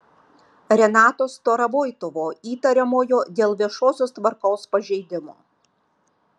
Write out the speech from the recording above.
renato starovoitovo įtariamojo dėl viešosios tvarkos pažeidimo